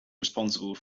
responsible